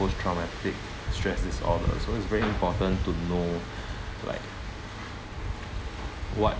post traumatic stress disorder so it's very important to know like what